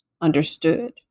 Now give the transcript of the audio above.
understood